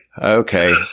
okay